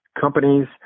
companies